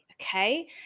Okay